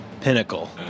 pinnacle